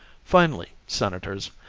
finally, senators,